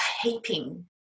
heaping